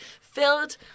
filled